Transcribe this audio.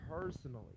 Personally